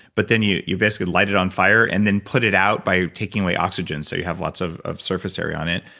but then, you you basically light it on fire, and then put it out by taking away oxygen, so you have lots of of surface area on it.